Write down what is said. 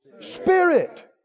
Spirit